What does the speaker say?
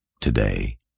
Today